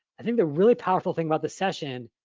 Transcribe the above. i think the really powerful thing about this session,